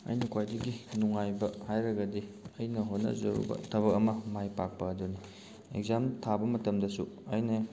ꯑꯩꯅ ꯈ꯭ꯋꯥꯏꯗꯒꯤ ꯅꯨꯡꯉꯥꯏꯕ ꯍꯥꯏꯔꯒꯗꯤ ꯑꯩꯅ ꯍꯣꯠꯅꯖꯔꯨꯕ ꯊꯕꯛ ꯑꯃ ꯃꯥꯏ ꯄꯥꯛꯄ ꯑꯗꯨꯅꯤ ꯑꯦꯛꯖꯥꯝ ꯊꯥꯕ ꯃꯇꯝꯗꯁꯨ ꯑꯩꯅ